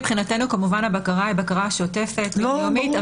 מבחינתנו כמובן הבקרה היא בקרה שוטפת יום-יומית,